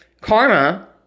Karma